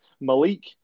Malik